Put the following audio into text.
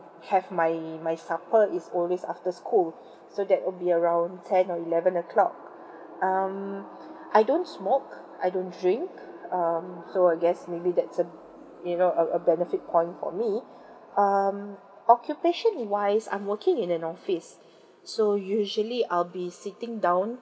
have my my supper is always after school so that would be around ten or eleven o'clock um I don't smoke I don't drink um so I guess maybe that's uh you know a a benefit point for me um occupation wise I'm working in an office so usually I'll be sitting down